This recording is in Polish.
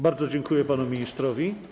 Bardzo dziękuję panu ministrowi.